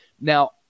Now